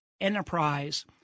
enterprise